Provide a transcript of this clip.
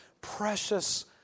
precious